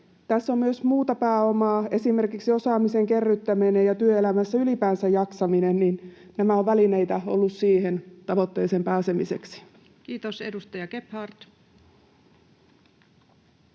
Tässä on myös muuta pääomaa, esimerkiksi osaamisen kerryttäminen ja työelämässä ylipäänsä jaksaminen. Nämä ovat olleet välineitä siihen tavoitteeseen pääsemiseksi. [Speech 134] Speaker: